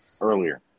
earlier